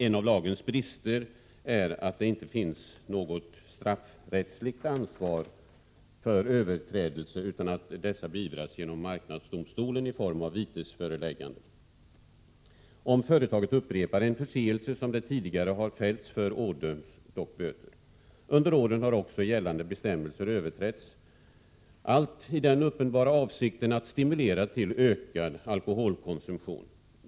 En av lagens brister är att det inte finns något straffrättsligt ansvar för överträdelser, utan sådana beivras av marknadsdomstolen genom vitesföreläggande. Om företaget upprepar en förseelse som det tidigare har fällts för ådöms dock böter. Under åren har också gällande bestämmelser överträtts, i den uppenbara avsikten att stimulera till ökad alkoholkonsumtion.